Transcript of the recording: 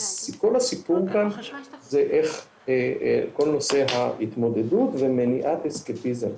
כל הסיפור כאן זה כל נושא ההתמודדות ומניעת אסקפיזם.